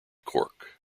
cork